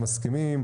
מסכימים.